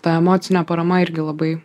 ta emocinė parama irgi labai